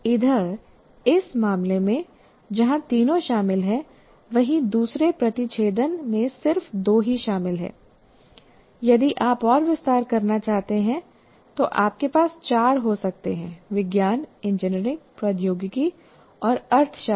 इधर इस मामले में जहां तीनों शामिल हैं वहीं दूसरे प्रतिच्छेदन में सिर्फ दो ही शामिल हैंI यदि आप और विस्तार करना चाहते हैं तो आपके पास चार हो सकते हैं विज्ञान इंजीनियरिंग प्रौद्योगिकी और अर्थशास्त्र